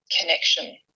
connection